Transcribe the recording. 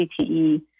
CTE